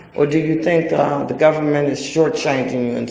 or do you think the government is shortchanging and